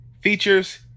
features